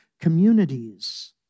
communities